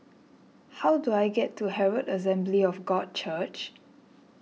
how do I get to Herald Assembly of God Church